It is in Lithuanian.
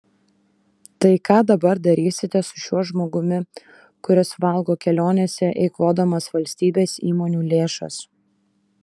tai ką dabar darysite su šiuo žmogumi kuris valgo kelionėse eikvodamas valstybės įmonių lėšas